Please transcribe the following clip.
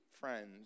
friends